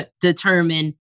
determine